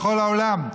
בכל העולם.